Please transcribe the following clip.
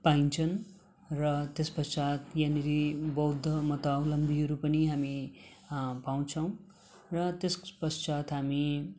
पाइन्छन् र त्यसपश्चात् यहाँनेर बौद्ध धर्मावलम्बीहरू पनि हामी पाउँछौँ र त्यसपश्चात् हामी